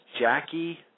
Jackie